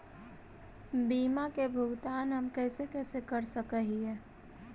बीमा के भुगतान हम कैसे कैसे कर सक हिय?